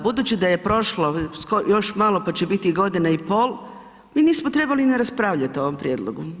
Budući da je prošlo, još malo pa će biti godina i pol, mi nismo trebali ni raspravljati o ovom prijedlogu.